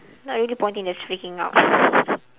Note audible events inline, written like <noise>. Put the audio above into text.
not really pointing just freaking out <laughs>